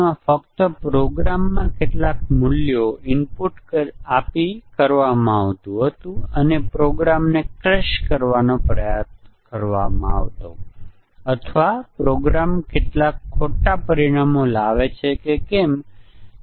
આગળની બાબત integration testing હશે જ્યાં આપણે મોડ્યુલો પર યુનિટ ટેસ્ટીંગ કર્યું છે અને હવે આપણે તપાસીએ છીએ કે મોડ્યુલો યોગ્ય રીતે ઇન્ટરફેસ કરે છે કે નહીં